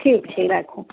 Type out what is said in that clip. ठीक छै राखू